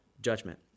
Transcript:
judgment